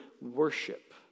worship